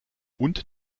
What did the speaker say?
und